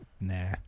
Nah